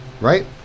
right